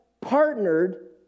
partnered